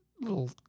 little